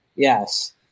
Yes